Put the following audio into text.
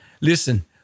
Listen